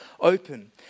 open